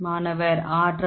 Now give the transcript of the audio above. மாணவர் ஆற்றல்